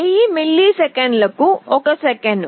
1000 మిల్లీసెకన్లు 1 సెకను